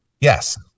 Yes